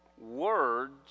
words